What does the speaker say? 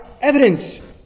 evidence